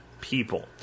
people